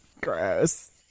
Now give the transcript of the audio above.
Gross